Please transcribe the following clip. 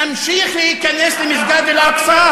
נמשיך להיכנס אל מסגד אל-אקצא.